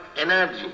energy